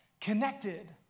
connected